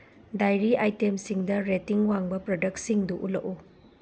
dairy ꯑꯥꯏꯇꯦꯝꯁꯤꯡꯗ rating ꯋꯥꯡꯕ ꯄ꯭ꯔꯗꯛꯁꯤꯡꯗꯨ ꯎꯠꯂꯛꯎ